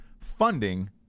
funding